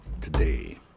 today